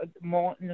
more